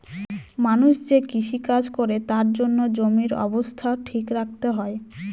মানুষ যে কৃষি কাজ করে তার জন্য জমির অবস্থা ঠিক রাখতে হয়